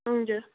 हजुर